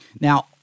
Now